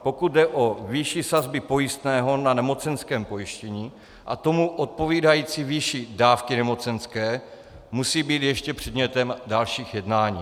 Pokud jde o výši sazby pojistného na nemocenské pojištění a tomu odpovídající výši nemocenské dávky, musí být ještě předmětem dalších jednání.